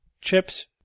chips